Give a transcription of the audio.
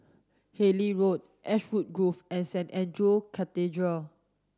Harlyn Road Ashwood Grove and Saint Andrew Cathedral